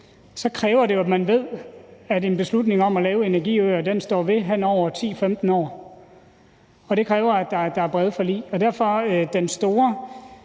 kræver det jo, at man ved, at en beslutning om at lave energiøer står ved hen over 10-15 år. Og det kræver, at der er brede forlig. Derfor er den store